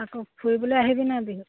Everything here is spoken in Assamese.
আকৌ ফুৰিবলে আহিবি নাই বিহুত